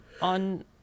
on